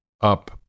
up